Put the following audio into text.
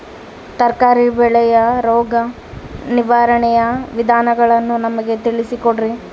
ತರಕಾರಿ ಬೆಳೆಯ ರೋಗ ನಿರ್ವಹಣೆಯ ವಿಧಾನಗಳನ್ನು ನಮಗೆ ತಿಳಿಸಿ ಕೊಡ್ರಿ?